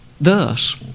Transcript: Thus